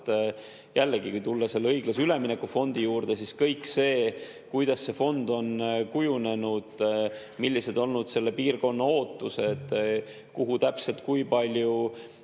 Jällegi, kui tulla selle õiglase ülemineku fondi juurde, kuidas see fond on kujunenud, millised on olnud selle piirkonna ootused, kuhu täpselt kui palju